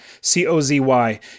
C-O-Z-Y